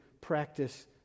practice